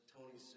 Tony